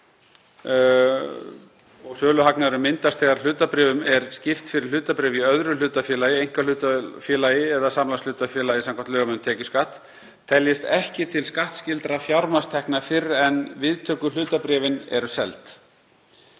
sem myndast þegar hlutabréfum er skipt fyrir hlutabréf í öðru hlutafélagi, einkahlutafélagi eða samlagshlutafélagi samkvæmt lögum um tekjuskatt, teljist ekki til skattskyldra fjármagnstekna fyrr en viðtökuhlutabréfin eru seld.